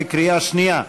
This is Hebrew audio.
בקריאה שנייה.